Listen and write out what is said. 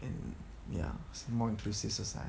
and ya more inclusive society